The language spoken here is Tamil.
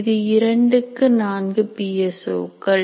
இது இரண்டுக்கு 4 பி எஸ் ஓ கள்